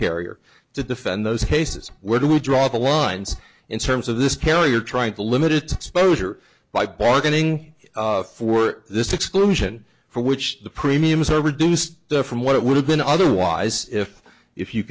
carrier to defend those cases where do we draw the lines in terms of this carrier trying to limit it exposure by bargaining for this exclusion for which the premiums are reduced from what it would have been otherwise if if you